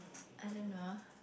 I don't know